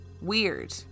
Weird